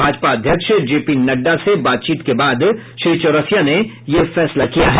भाजपा अध्यक्ष जेपी नड्डा से बातचीत के बाद श्री चौरसिया ने यह फैसला किया है